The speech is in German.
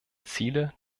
ziele